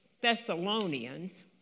Thessalonians